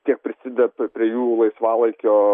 tiek prisideda prie jų laisvalaikio